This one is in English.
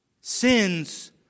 sins